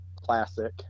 classic